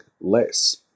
less